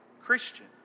Christian